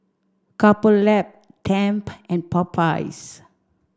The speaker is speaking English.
Couple Lab Tempt and Popeyes